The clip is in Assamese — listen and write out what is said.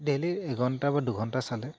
ডেইলি এঘণ্টা বা দুঘণ্টা চালে